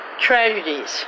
tragedies